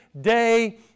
day